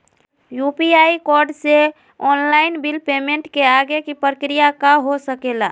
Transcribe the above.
UPI code से online bill payment के आगे के प्रक्रिया का हो सके ला?